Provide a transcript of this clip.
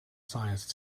science